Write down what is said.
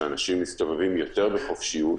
שאנשים מסתובבים יותר בחופשיות,